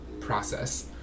process